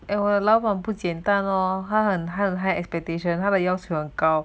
it will allow of 不简单咯哈很 high 很 high expectation 他的要求很高